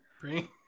Bring